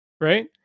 right